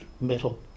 metal